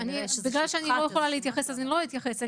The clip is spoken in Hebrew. בגלל שאני לא יכולה להתייחס אז אני לא אתייחס,